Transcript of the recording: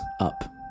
up